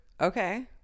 okay